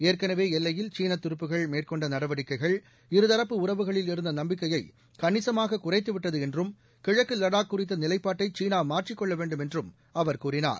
ஏற்கனவேஎல்லையில் சீனத் துருப்புகள் மேற்கொண்டநடவடிக்கைகள் இருதரப்பு உறவுகளில் இருந்தநம்பிக்கையைகணிசமாககுறைத்துவிட்டதுஎன்றும் கிழக்குவடாக் குறித்தநிலைப்பாட்டைசீனாமாற்றிக் கொள்ளவேண்டும் என்றும் கூறினார்